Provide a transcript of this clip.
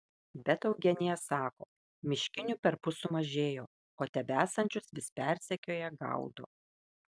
bet eugenija sako miškinių perpus sumažėjo o tebesančius vis persekioja gaudo